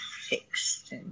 fixed